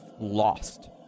lost